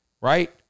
right